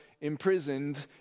imprisoned